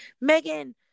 Megan